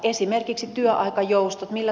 esimerkiksi työaikajoustot